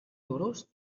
duros